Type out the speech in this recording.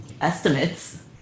Estimates